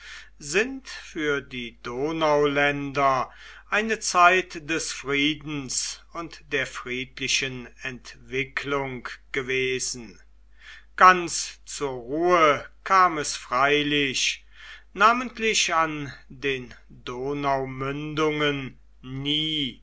sind für die donauländer eine zeit des friedens und der friedlichen entwicklung gewesen ganz zur ruhe kam es freilich namentlich an den donaumündungen nie